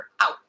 out